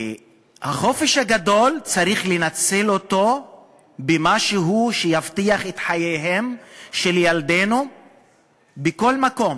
את החופש הגדול צריך לנצל במשהו שיבטיח את חייהם של ילדינו בכל מקום,